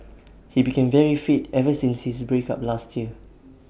he became very fit ever since his break up last year